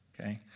Okay